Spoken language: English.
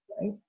right